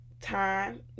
time